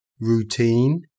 routine